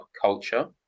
culture